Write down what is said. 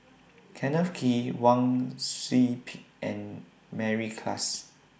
Kenneth Kee Wang Sui Pick and Mary Klass